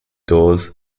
doors